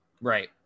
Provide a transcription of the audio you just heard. Right